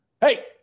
Hey